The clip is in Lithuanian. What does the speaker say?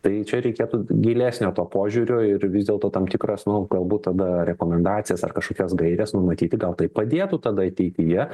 tai čia reikėtų gilesnio to požiūrio ir vis dėlto tam tikras nu galbūt tada rekomendacijas ar kažkokias gaires numatyti gal tai padėtų tada ateityje